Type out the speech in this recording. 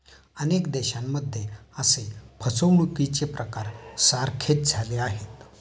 अनेक देशांमध्ये असे फसवणुकीचे प्रकार सारखेच झाले आहेत